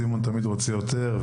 סימון תמיד רוצה יותר,